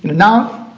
now,